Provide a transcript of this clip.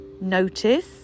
notice